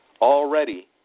already